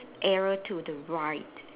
arrow to the right